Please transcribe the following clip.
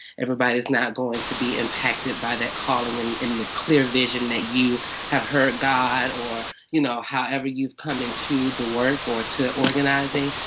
everybody is not going to be impacted by that calling and the clear vision that you have heard god or, you know, however you've come into the work or to organizing.